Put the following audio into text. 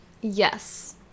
Yes